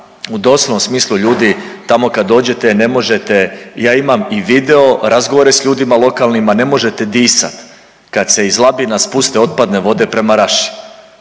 U doslovnom smislu ljudi tamo kad dođete ne možete, ja imam i video razgovore s ljudima lokalnima, ne možete disat kad se iz Labina spuste otpadne vode prema Raši,